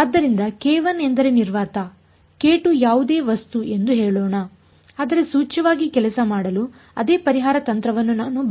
ಆದ್ದರಿಂದ k1 ಎಂದರೆ ನಿರ್ವಾತ k2 ಯಾವುದೇ ವಸ್ತು ಎಂದು ಹೇಳೋಣಆದರೆ ಸೂಚ್ಯವಾಗಿ ಕೆಲಸ ಮಾಡಲು ಅದೇ ಪರಿಹಾರ ತಂತ್ರವನ್ನು ನಾನು